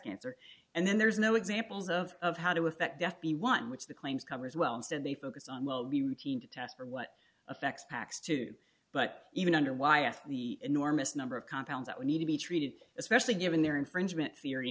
cancer and then there's no examples of how to effect death be one in which the claims covers well instead they focus on will be routine to test for what affects packs too but even under wyeth the enormous number of compounds that we need to be treated especially given their infringement theory